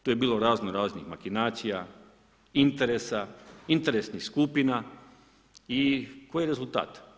Tu je bilo razno raznih makinacija, interesa, interesnih skupina i koji je rezultat?